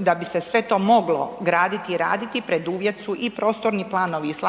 da bi se sve to moglo graditi i raditi preduvjet su i prostorni planovi i slažem